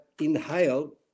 inhale